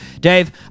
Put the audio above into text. Dave